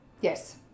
yes